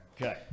Okay